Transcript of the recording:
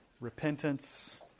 repentance